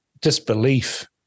disbelief